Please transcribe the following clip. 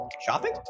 Shopping